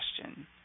question